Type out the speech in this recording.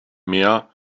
mär